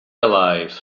alive